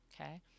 okay